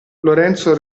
lorenzo